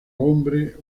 hombre